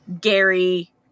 Gary